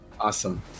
Awesome